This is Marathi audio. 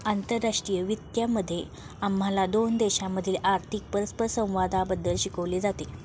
आंतरराष्ट्रीय वित्त मध्ये आम्हाला दोन देशांमधील आर्थिक परस्परसंवादाबद्दल शिकवले जाते